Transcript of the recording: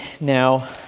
now